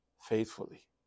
faithfully